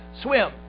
swim